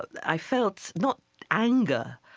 i felt not anger,